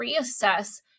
reassess